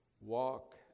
Walk